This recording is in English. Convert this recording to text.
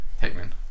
Hickman